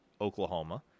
Oklahoma